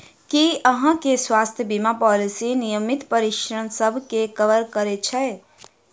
की अहाँ केँ स्वास्थ्य बीमा पॉलिसी नियमित परीक्षणसभ केँ कवर करे है?